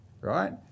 right